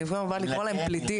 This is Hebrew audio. אני כל הזמן באה לקרוא להם פליטים,